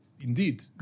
indeed